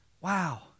wow